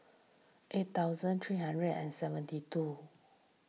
eight thousand three hundred and seventy two